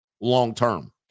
long-term